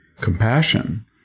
compassion